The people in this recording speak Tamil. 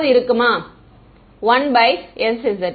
மாணவர்கள் 1 by sz